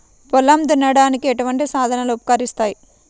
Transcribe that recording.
పొలం దున్నడానికి ఎటువంటి సాధనలు ఉపకరిస్తాయి?